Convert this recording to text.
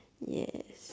yes